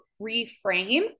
reframe